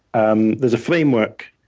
um there's a framework.